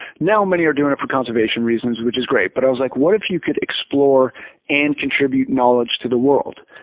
now many are doing it for conservation reasons, which is great, but i was like, what if you could explore and contribute knowledge to the world?